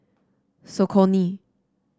Saucony